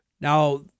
Now